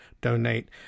donate